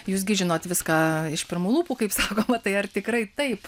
jūs gi žinot viską iš pirmų lūpų kaip sakoma tai ar tikrai taip